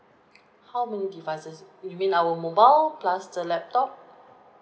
how many devices you mean our mobile plus the laptop